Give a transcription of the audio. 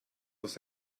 durch